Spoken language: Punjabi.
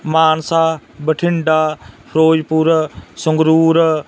ਮਾਨਸਾ ਬਠਿੰਡਾ ਫਿਰੋਜ਼ਪੁਰ ਸੰਗਰੂਰ